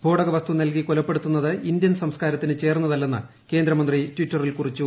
സ്ഫോടക വസ്തു നൽകി കൊലപ്പെടുത്തുന്നത് ഇന്ത്യൻ സ്സ്കാരത്തിന് ചേർന്നതല്ലെന്ന് കേന്ദ്രമന്ത്രി ട്വിറ്ററിൽ കുറിച്ചു